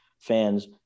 fans